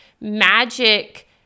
magic